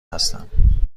هستم